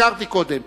הזכרתי קודם,